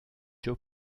joe